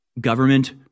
government